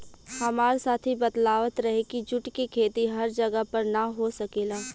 हामार साथी बतलावत रहे की जुट के खेती हर जगह पर ना हो सकेला